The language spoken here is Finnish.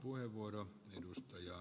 arvoisa puhemies